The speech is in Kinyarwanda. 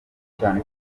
cyane